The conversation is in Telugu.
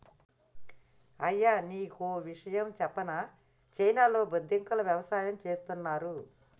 అయ్యనీ ఓ విచిత్రం సెప్పనా చైనాలో బొద్దింకల యవసాయం చేస్తున్నారు